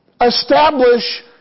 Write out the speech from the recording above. establish